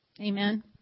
Amen